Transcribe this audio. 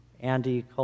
Andy